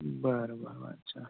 बरं बरं अच्छा